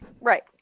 Right